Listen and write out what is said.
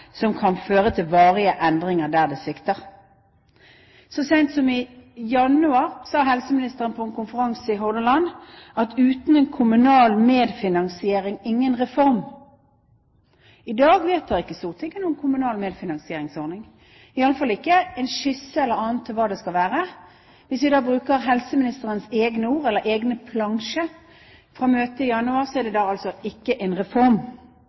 som kan føre til varige endringer der det svikter.» Så sent som i januar sa helseministeren på en konferanse i Hordaland at uten en kommunal medfinansiering, ingen reform. I dag vedtar ikke Stortinget noen kommunal medfinansieringsordning, iallfall ikke en skisse eller annet til hva det skal være. Hvis vi da bruker helseministerens egne ord, eller egen plansje, fra møtet i januar, er det altså ikke en reform.